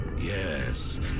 Yes